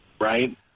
right